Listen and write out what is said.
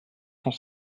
cent